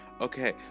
Okay